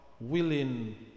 willing